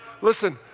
listen